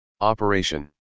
Operation